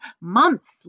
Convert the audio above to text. months